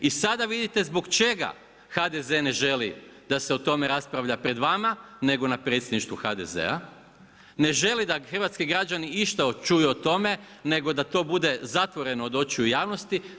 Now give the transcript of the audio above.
I sada vidite zbog čega HDZ ne želi da se o tome raspravlja pred vama, nego na predsjedništvu HDZ-a, ne želi da hrvatski građani išta čuju o tome, nego da to bude, zatvoreno od očiju javnosti.